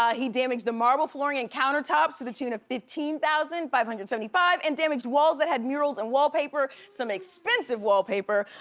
he damaged the marble flooring and countertops to the tune of fifteen thousand five hundred and seventy five and damaged walls that had murals and wallpaper, some expensive wallpaper,